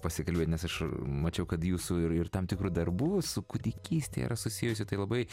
pasikalbėt nes aš mačiau kad jūsų ir ir tam tikrų darbų su kūdikyste yra susijusių tai labai